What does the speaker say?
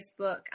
Facebook